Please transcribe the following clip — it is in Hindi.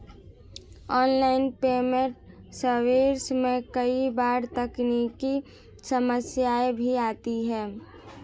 ऑनलाइन पेमेंट सर्विस में कई बार तकनीकी समस्याएं भी आती है